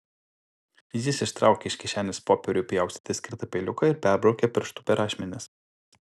jis ištraukė iš kišenės popieriui pjaustyti skirtą peiliuką ir perbraukė pirštu per ašmenis